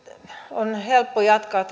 on helppo jatkaa